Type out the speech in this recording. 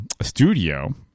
studio